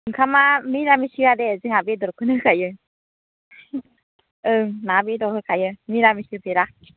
ओंखामा मिरामिस होआ दे जोंहा बेदरखौनो होखायो ओं ना बेदर होखायो मिरामिस होफेरा